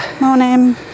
Morning